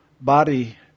body